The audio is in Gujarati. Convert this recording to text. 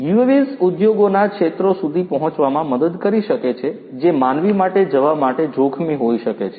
UAVs ઉદ્યોગોના ક્ષેત્રો સુધી પહોંચવામાં મદદ કરી શકે છે જે માનવી માટે જવા માટે જોખમી હોઈ શકે છે